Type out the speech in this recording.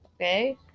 Okay